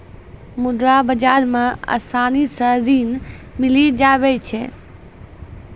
मुद्रा बाजार मे आसानी से ऋण मिली जावै छै